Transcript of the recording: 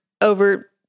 over